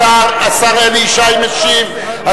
השר אלי ישי משיב.